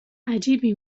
عجیبی